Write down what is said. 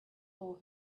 for